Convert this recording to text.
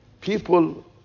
People